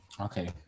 Okay